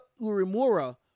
Urimura